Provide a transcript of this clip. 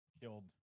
killed